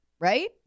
right